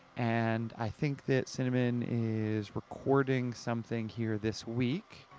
and i think that cinnamon is recording something here this week.